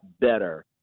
better